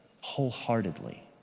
wholeheartedly